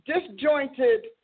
disjointed